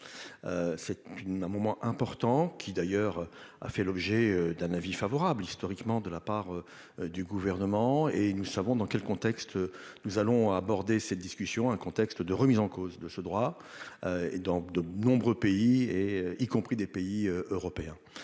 une un moment important, qui d'ailleurs a fait l'objet d'un avis favorable historiquement de la part du gouvernement et nous savons dans quel contexte nous allons aborder cette discussion, un contexte de remise en cause de ce droit et dans de nombreux pays et y compris des pays européens,